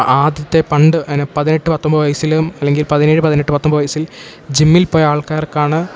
ആദ്യത്തെ പണ്ട് അതിനു പതിനെട്ട് പത്തൊൻപത് വയസ്സിലും അല്ലെങ്കിൽ പതിനേഴ് പതിനെട്ട് പത്തൊൻപത് വയസ്സിൽ ജിമ്മിൽപ്പോയാൾക്കാർക്കാണ്